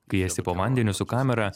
kai esi po vandeniu su kamera